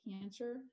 cancer